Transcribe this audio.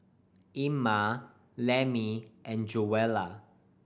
Ima Lemmie and Joella